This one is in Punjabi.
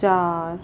ਚਾਰ